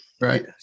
Right